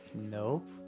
Nope